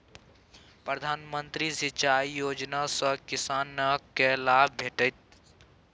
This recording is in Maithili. प्रधानमंत्री सिंचाई योजना सँ किसानकेँ लाभ भेटत